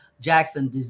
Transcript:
Jackson